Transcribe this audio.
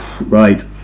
Right